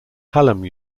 hallam